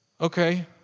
okay